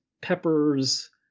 Pepper's